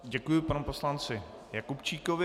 Děkuji panu poslanci Jakubčíkovi.